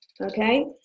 okay